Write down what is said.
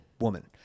woman